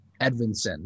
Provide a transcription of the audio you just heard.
Edvinson